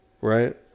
right